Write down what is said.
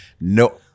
No